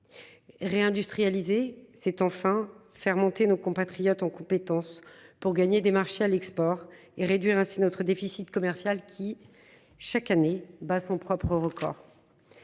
Réindustrialiser cet enfin faire monter nos compatriotes en compétence pour gagner des marchés à l'export et réduire ainsi notre déficit commercial qui chaque année bat son propre record.